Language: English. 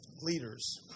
leaders